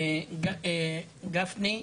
גפני,